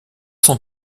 sont